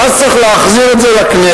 ואז צריך להחזיר את זה לכנסת,